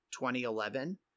2011